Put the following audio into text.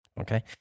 Okay